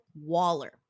Waller